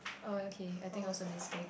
uh okay I think that was a mistake